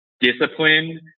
discipline